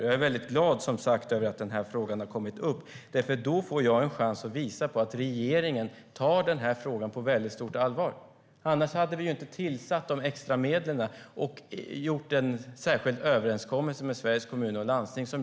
Jag är som sagt glad att frågan har kommit upp, för det ger mig en chans att visa att regeringen tar frågan på väldigt stort allvar. Annars hade vi ju inte tillsatt de extra medlen och gjort en särskilt överenskommelse med Sveriges Kommuner och Landsting.